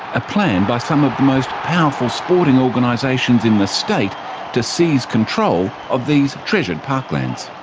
a plan by some of the most powerful sporting organisations in the state to seize control of these treasured parklands.